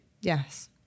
Yes